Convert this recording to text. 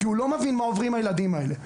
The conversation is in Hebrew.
כי הוא לא מבין מה עוברים הילדים האלה.